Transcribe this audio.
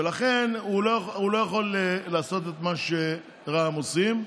ולכן הוא לא יכול לעשות את מה שרע"מ עושים.